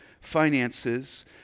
finances